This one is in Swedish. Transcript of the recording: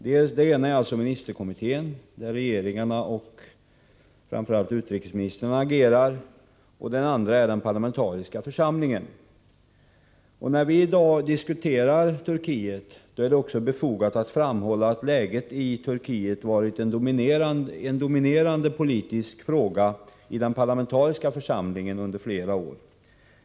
Det ena är ministerkommittén, där regeringarna och framför allt utrikesministrarna agerar, det andra är den parlamentariska församlingen. När vi i dag diskuterar Turkiet är det också befogat att framhålla att läget i Turkiet varit en dominerande politisk fråga i den parlamentariska församlingen under flera år.